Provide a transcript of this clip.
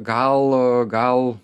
gal gal